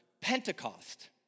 Pentecost